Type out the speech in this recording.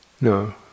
No